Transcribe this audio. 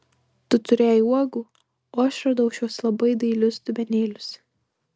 tu turėjai uogų o aš radau šiuos labai dailius dubenėlius